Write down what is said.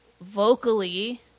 vocally